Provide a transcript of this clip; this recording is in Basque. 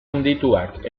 handituak